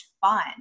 fun